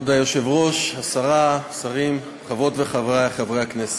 כבוד היושב-ראש, השרה, השרים, חברות וחברי הכנסת,